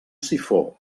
sifó